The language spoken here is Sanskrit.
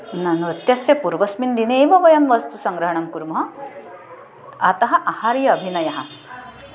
न नृत्यस्य पूर्वस्मिन् दिने एव वयं वस्तुसङ्ग्रहणं कुर्मः अतः आहार्य अभिनयः